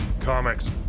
comics